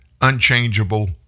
unchangeable